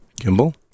Gimbal